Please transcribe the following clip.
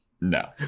no